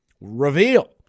reveal